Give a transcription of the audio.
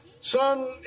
son